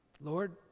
Lord